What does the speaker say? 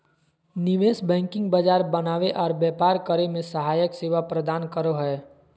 निवेश बैंकिंग बाजार बनावे आर व्यापार करे मे सहायक सेवा प्रदान करो हय